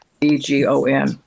E-G-O-N